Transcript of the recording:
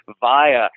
via